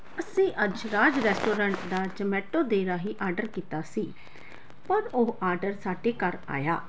ਅਸੀਂ ਅੱਜ ਰਾਜ ਰੈਸਟੋਰੈਂਟ ਦਾ ਜਮੈਟੋ ਦੇ ਰਾਹੀਂ ਆਡਰ ਕੀਤਾ ਸੀ ਪਰ ਉਹ ਆਡਰ ਸਾਡੇ ਘਰ ਆਇਆ